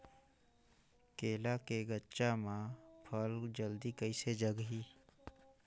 केला के गचा मां फल जल्दी कइसे लगही?